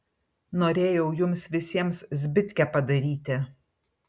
norėjau jums visiems zbitkę padaryti